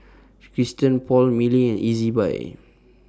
Christian Paul Mili and Ezbuy